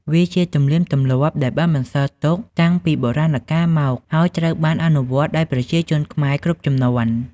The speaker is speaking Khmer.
វាជាទំនៀមទម្លាប់ដែលបានបន្សល់ទុកតាំងពីបុរាណកាលមក ហើយត្រូវបានអនុវត្តដោយប្រជាជនខ្មែរគ្រប់ជំនាន់។